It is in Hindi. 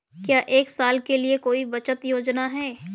क्या एक साल के लिए कोई बचत योजना है?